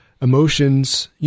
emotions